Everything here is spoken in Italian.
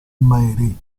mary